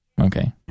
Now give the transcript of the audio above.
okay